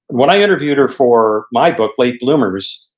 when i interviewed her for my book, late bloomers,